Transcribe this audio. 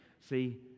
See